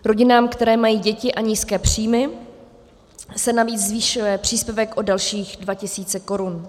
Rodinám, které mají děti a nízké příjmy, se navíc zvyšuje příspěvek o dalších 2 000 korun.